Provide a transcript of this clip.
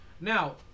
Now